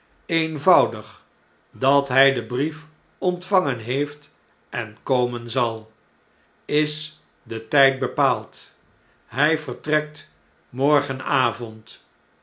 eenvoudig dat hij den brief ontvangen heeft en komen zal is de tgd bepaald hij vertrekt